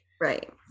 right